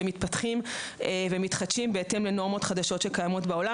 שהם מתפתחים ומתחדשים בהתאם לנורמות חדשות שקיימות בעולם.